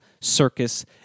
circus